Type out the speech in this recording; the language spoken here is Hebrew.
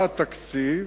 בא התקציב